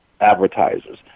advertisers